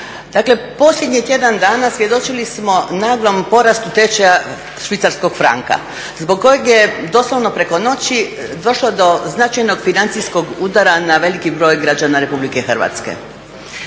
Dakle posljednjih tjedan dana svjedočili smo naglom porastu tečaja švicarskog franka zbog kojeg je doslovno preko noći došlo do značajnog financijskog udara na veliki broj građana Republike Hrvatske.